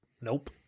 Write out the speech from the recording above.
Nope